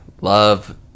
love